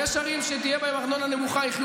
יש ערים שתהיה בהן ארנונה נמוכה ויחיו